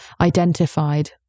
identified